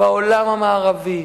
בעולם המערבי,